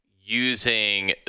using